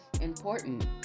important